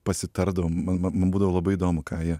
pasitardavom man man man būdavo labai įdomu ką jie